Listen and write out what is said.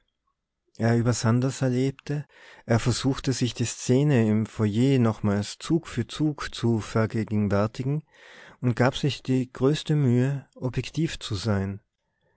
übersann das erlebte er versuchte sich die szene im foyer nochmals zug für zug zu vergegenwärtigen und gab sich die größte mühe objektiv zu sein